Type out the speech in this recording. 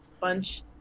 bunch